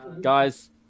Guys